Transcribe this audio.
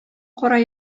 кара